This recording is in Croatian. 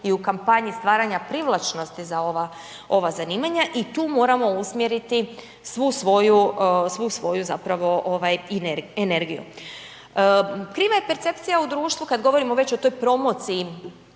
i u kampanji stvaranja privlačnosti za ova zanimanja i tu moramo usmjeriti svu svoju zapravo energiju. Kriva je percepcija u društvu kad govorimo već o toj promociji